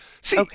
See